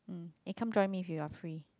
mm eh come join me if you're free